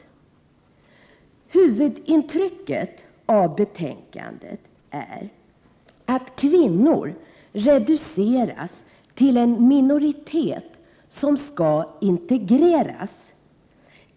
Huvudintrycket av betänkandet är att kvinnor reduceras till en minoritet som skall integreras.